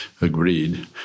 agreed